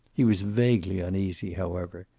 he was vaguely uneasy, however.